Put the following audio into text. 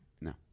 no